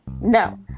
no